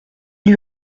lui